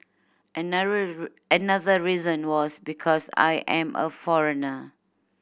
another reason was because I am a foreigner